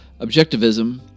objectivism